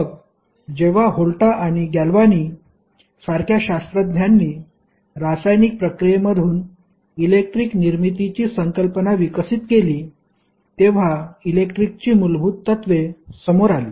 मग जेव्हा व्होल्टा आणि गॅल्वानी सारख्या शास्त्रज्ञांनी रासायनिक प्रक्रियेमधून इलेक्ट्रिक निर्मितीची संकल्पना विकसित केली तेव्हा इलेक्ट्रिकची मूलभूत तत्त्वे समोर आली